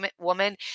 woman